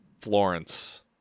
Florence